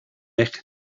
eich